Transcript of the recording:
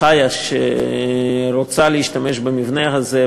חיה שרוצה להשתמש במבנה הזה,